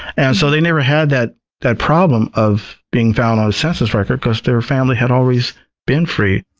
and so they never had that that problem of being found on a census record because their family had always been free.